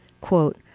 Quote